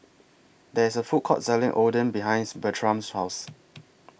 There IS A Food Court Selling Oden behind Bertram's House